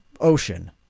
ocean